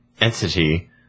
entity